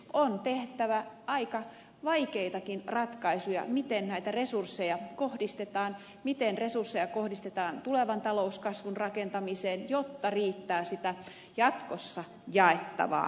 on tehtävä aika vaikeitakin ratkaisuja miten näitä resursseja kohdistetaan miten resursseja kohdistetaan tulevan talouskasvun rakentamiseen jotta riittää siitä jatkossa jaettavaa kaikille